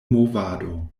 movado